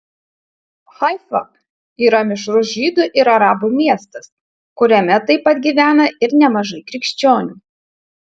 haifa yra mišrus žydų ir arabų miestas kuriame taip pat gyvena ir nemažai krikščionių